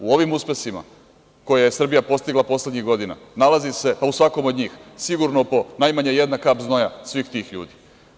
U ovim uspesima koje je Srbija postigla poslednjih godina nalazi se, pa u svakom od njih, sigurno po najmanje jedna kap znoja svih tih ljudi.